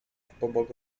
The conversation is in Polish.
pobok